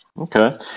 Okay